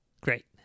great